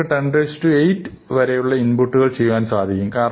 നമുക്ക് 108 വരെയുള്ള ഇൻപുട്ടുകൾ ചെയ്യുവാൻ സാധിക്കും